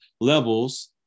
levels